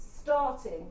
starting